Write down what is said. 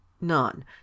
None